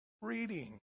reading